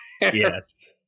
Yes